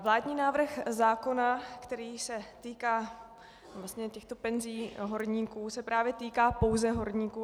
Vládní návrh zákona, který se týká těchto penzí horníků, se právě týká pouze horníků.